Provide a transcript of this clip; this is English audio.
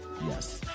Yes